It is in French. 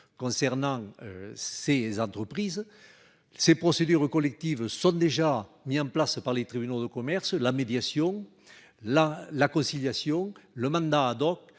concernant ces entreprises. Or ces procédures sont déjà mises en oeuvre par les tribunaux de commerce : la médiation, la conciliation, le mandat,